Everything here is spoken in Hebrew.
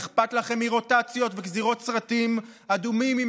אכפת לכם מרוטציות וגזירות סרטים אדומים עם